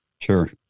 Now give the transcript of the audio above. Sure